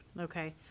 okay